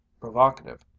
Provocative